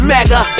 Mega